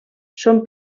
són